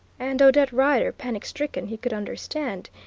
and odette rider panic-stricken he could understand.